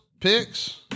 picks